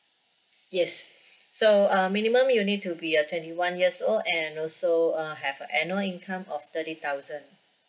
yes so uh minimum you need to be uh twenty one years old and also uh have a annual income of thirty thousand